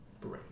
brain